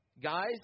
Guys